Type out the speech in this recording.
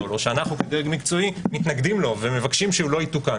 או אנו מתנגדים לו ומבקשים שלא יתוקן.